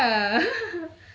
ya lah